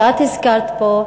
שאת הזכרת פה,